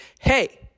hey